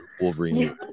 Wolverine